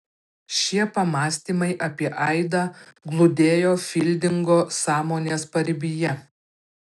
šie pamąstymai apie aidą glūdėjo fildingo sąmonės paribyje